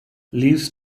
leaves